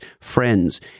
friends